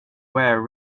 ware